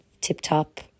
tip-top